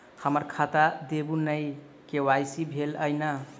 हम्मर खाता देखू नै के.वाई.सी भेल अई नै?